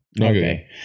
Okay